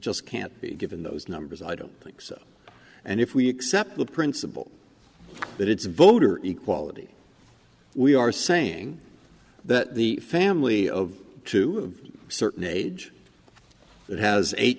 just can't be given those numbers i don't think so and if we accept the principle that it's voter equality we are saying that the family to a certain age that has eight